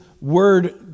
word